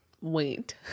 Wait